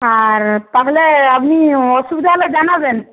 আর তাহলে আপনি অসুবিধা হলে জানাবেন